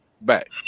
back